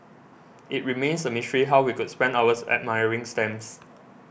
it remains a mystery how we could spend hours admiring stamps